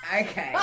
Okay